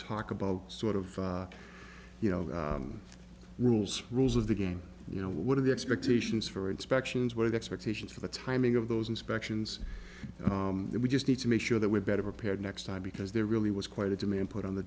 talk about sort of you know rules rules of the game you know what are the expectations for inspections where the expectations for the timing of those inspections we just need to make sure that we're better prepared next time because there really was quite a demand put on the